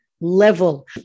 Level